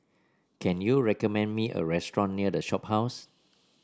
can you recommend me a restaurant near The Shophouse